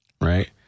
right